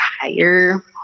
higher